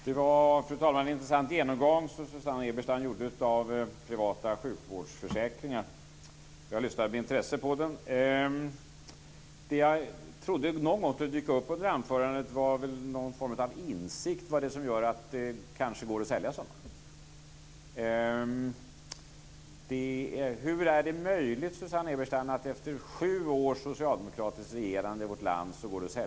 Fru talman! Det var en intressant genomgång av privata sjukvårdsförsäkringar som Susanne Eberstein gjorde. Jag lyssnade med intresse på den. Men jag trodde att det någon gång under anförandet skulle dyka upp någon form av insikt om vad det är som gör att det går att sälja sådana. Hur är det möjligt, Susanne Eberstein, att det går att sälja sådana här försäkringar efter sju års socialdemokratiskt regerande i vårt land?